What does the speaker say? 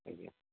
ଆଜ୍ଞା